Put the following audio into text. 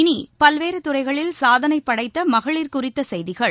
இனி பல்வேறு துறைகளில் சாதனை படைத்த மகளிர் குறித்த செய்திகள்